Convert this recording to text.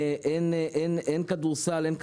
אין כדורסל ואין כדורגל,